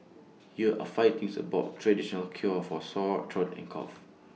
here are five things about traditional cure for sore throat and cough